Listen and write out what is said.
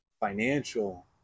financial